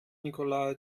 nicola